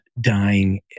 dying